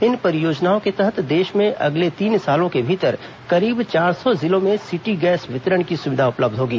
इन परियोजनाओं के तहत देश में अगले तीन सालों के भीतर करीब चार सौ जिलों में सिटी गैस वितरण की सुविधा उपलब्ध होगी